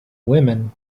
women